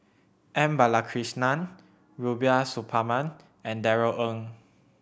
M Balakrishnan Rubiah Suparman and Darrell Ang